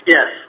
Yes